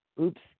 oops